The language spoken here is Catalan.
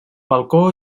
balcó